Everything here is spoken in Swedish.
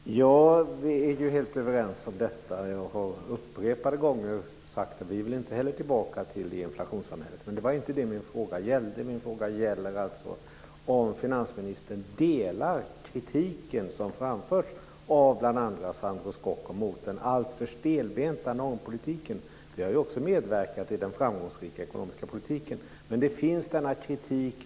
Fru talman! Vi är helt överens om detta. Jag har upprepade gånger sagt att inte vi heller vill tillbaka till det inflationssamhället. Men det var inte det min fråga gällde. Min fråga gällde om finansministern delar den kritik som framförts av bl.a. Sandro Scocco mot den alltför stelbenta normpolitiken. Vi har ju också medverkat till den framgångsrika ekonomiska politiken, men denna kritik finns.